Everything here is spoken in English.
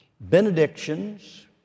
benedictions